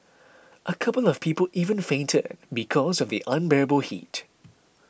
a couple of people even fainted because of the unbearable heat